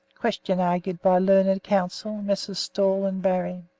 question argued by learned counsel, messrs. stawell and barry.